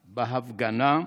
בהפגנה,